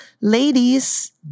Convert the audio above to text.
ladies